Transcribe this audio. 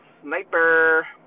Sniper